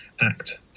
act